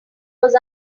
was